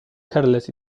careless